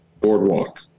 boardwalk